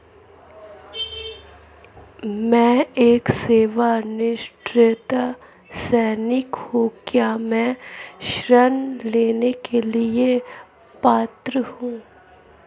मैं एक सेवानिवृत्त सैनिक हूँ क्या मैं ऋण लेने के लिए पात्र हूँ?